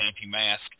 anti-mask